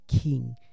king